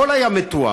הכול היה מתואם,